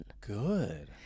good